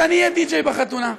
שאני אהיה דיג'יי בחתונה.